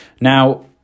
Now